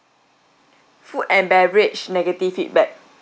food and beverage negative feedback